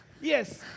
yes